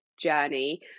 journey